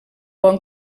bon